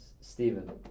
Stephen